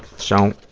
so,